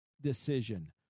decision